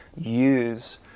use